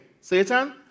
Satan